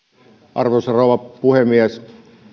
arvoisa rouva puhemies